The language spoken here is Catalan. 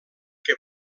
que